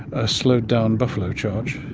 a slowed-down buffalo charge.